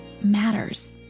matters